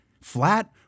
flat